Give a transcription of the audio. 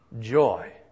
joy